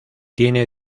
tiene